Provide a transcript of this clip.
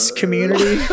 community